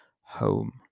home